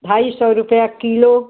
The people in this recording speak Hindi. ढाई सौ रूपया किलो